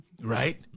Right